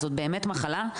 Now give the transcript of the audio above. זאת באמת מחלה.